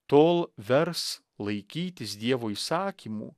tol vers laikytis dievo įsakymų